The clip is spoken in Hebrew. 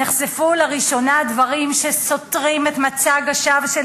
נחשפו לראשונה לדברים שסותרים את מצג השווא של